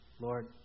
Lord